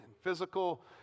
physical